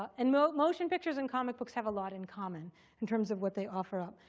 and motion pictures and comic books have a lot in common in terms of what they offer up.